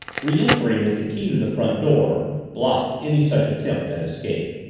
re-entering with the key to the front door, blocked any such attempt at escape.